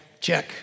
check